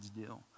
deal